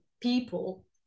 people